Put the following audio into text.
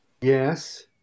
Yes